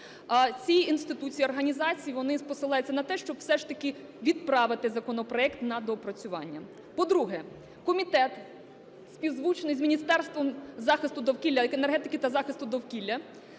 Ці інституції і організації, вони посилаються на те, щоб все ж таки відправити законопроект на доопрацювання. По-друге, комітет, співзвучний з Міністерством захисту довкілля,